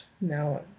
now